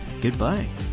goodbye